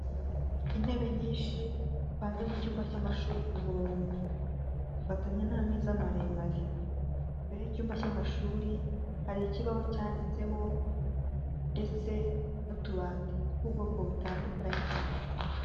Intebe nyinshi zipanze mu cyumba cy'amashuri ku murongo, zifatanye n'ameza maremare, imbere y'icyumba cy'amashuri hari ikibaho cyanditseho ndetse n'utubati tw'ubwoko butandukanye.